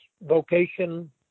vocation